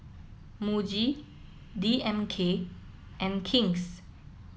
Muji D M K and King's